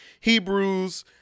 Hebrews